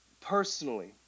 Personally